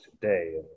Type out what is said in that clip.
today